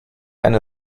eine